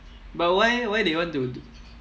but why why they want to